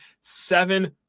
seven